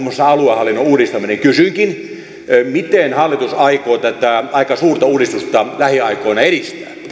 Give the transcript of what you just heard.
muassa aluehallinnon uudistaminen kysynkin miten hallitus aikoo tätä aika suurta uudistusta lähiaikoina